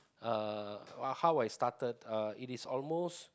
uh wa~ how I started uh it is almost